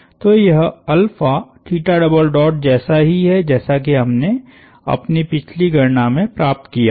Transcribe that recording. तो यह जैसा ही है जैसा कि हमने अपनी पिछली गणना में प्राप्त किया था